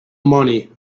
money